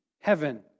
heaven